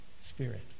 spirit